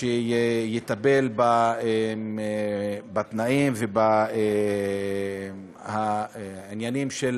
שיטפל בתנאים ובעניינים של